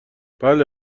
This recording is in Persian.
بله